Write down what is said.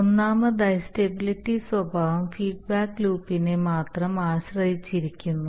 ഒന്നാമതായി സ്റ്റബിലിറ്റി സ്വഭാവം ഫീഡ്ബാക്ക് ലൂപ്പിനെ മാത്രം ആശ്രയിച്ചിരിക്കുന്നു